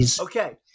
okay